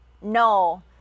No